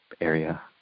area